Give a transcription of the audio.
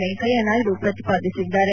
ವೆಂಕಯ್ಯನಾಯ್ದು ಪ್ರತಿಪಾದಿಸಿದ್ದಾರೆ